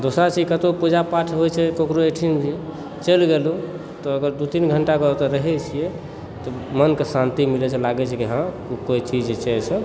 दोसर छै कतौ पुजा पाठ होइ छै ककरो ओहिठिन भी चलि गेलहुँ अगर दू तीन घण्टा ओतए रहय छियै तऽ मनके शान्ति मिलय छै लागै छै कि हँ कोई चीज छै एसन